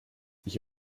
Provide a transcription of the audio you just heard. ich